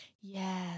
Yes